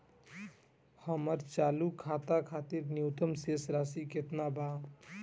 हमर चालू खाता खातिर न्यूनतम शेष राशि केतना बा?